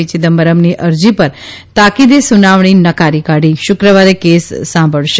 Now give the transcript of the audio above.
યિદમ્બરમની અરજી પર તાકીદે સુનાવણી નકારી કાઢી શુક્રવારે કેસ સાંભળશે